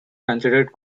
considered